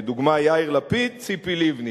לדוגמה יאיר לפיד וציפי לבני,